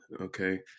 okay